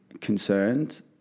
concerned